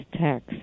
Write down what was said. tax